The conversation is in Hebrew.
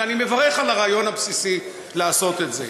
ואני מברך על הרעיון הבסיסי לעשות את זה.